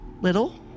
Little